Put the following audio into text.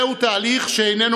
זהו תהליך שאיננו